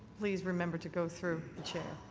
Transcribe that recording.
please remember to go through the chair.